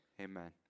Amen